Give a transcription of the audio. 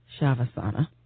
shavasana